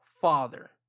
father